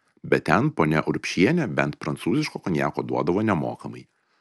bet ten ponia urbšienė bent prancūziško konjako duodavo nemokamai